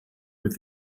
with